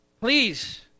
Please